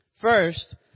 First